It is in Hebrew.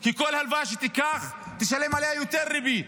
כי כל הלוואה שתיקח, תשלם עליה יותר ריבית.